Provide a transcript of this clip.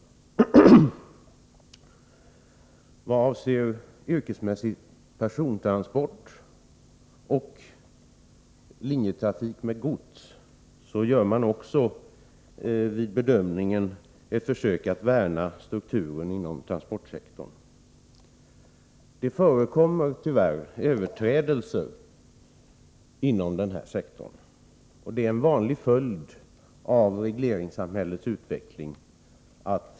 I vad avser yrkesmässig persontransport och linjetrafik med gods görs också vid bedömningen ett försök att värna om strukturen inom transportsektorn. Det förekommer tyvärr överträdelser inom den här sektorn. Det är en vanlig följd av regleringssamhällets utveckling.